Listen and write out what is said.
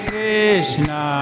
Krishna